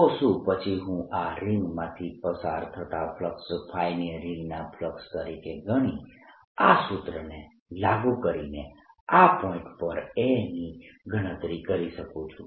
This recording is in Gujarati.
તો શું પછી હું આ રિંગમાંથી પસાર થતા ફ્લક્સ ને રીંગના ફ્લક્સ તરીકે ગણી આ સૂત્રને લાગુ કરીને આ પોઇન્ટ પર A ની ગણતરી કરી શકું છું